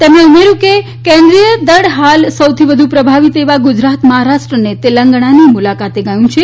તેમણે ઉમેર્થુ કે કેન્દ્રીય દળ હાલ સૌથી વધુ પ્રભાવિત ગુજરાત મહારાષ્ટ્ર અને તેલંગણાની મુલાકાતે ગયુ છે